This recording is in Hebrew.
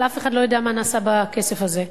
אבל אף אחד לא יודע מה נעשה בכסף הזה.